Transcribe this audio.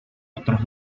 otros